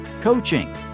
coaching